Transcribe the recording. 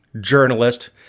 journalist